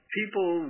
people